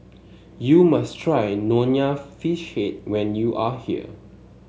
you must try Nonya Fish Head when you are here